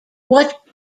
what